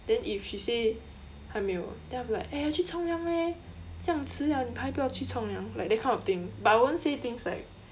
then if she say 还没有 ah then I'm like eh 去冲凉 leh 酱迟了你还不要去冲凉 like that kind of thing but I won't say things like